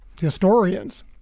historians